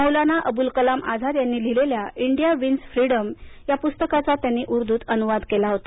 मौलाना अबुल कलाम आझाद यांनी लिहिलेल्या India wins freedom या पुस्तकाचा त्यांनी उर्दूत अनुवाद केला होता